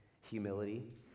humility